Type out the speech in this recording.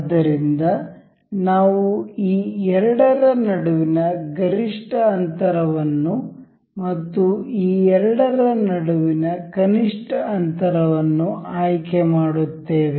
ಆದ್ದರಿಂದ ನಾವು ಈ ಎರಡರ ನಡುವಿನ ಗರಿಷ್ಠ ಅಂತರವನ್ನು ಮತ್ತು ಈ ಎರಡರ ನಡುವಿನ ಕನಿಷ್ಠ ಅಂತರವನ್ನು ಆಯ್ಕೆ ಮಾಡುತ್ತೇವೆ